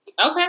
Okay